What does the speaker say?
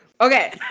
Okay